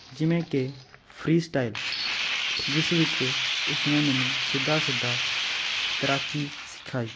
ਜਿਵੇਂ ਕਿ freestyle ਜਿਸ ਵਿੱਚ ਉਸਨੇ ਮੈਨੂੰ ਸਿੱਧਾ ਸਿੱਧਾ ਤੈਰਾਕੀ ਸਿਖਾਈ